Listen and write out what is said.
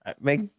make